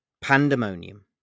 Pandemonium